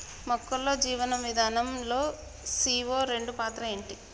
మొక్కల్లో జీవనం విధానం లో సీ.ఓ రెండు పాత్ర ఏంటి?